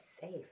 safe